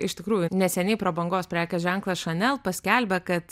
iš tikrųjų neseniai prabangos prekės ženklas šanel paskelbė kad